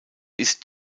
ist